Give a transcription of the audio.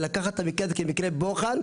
ולקחת את המקרה הזה כמקרה בוחן,